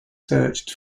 searched